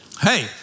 Hey